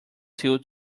till